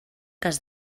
cas